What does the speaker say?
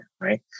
right